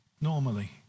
normally